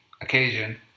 occasion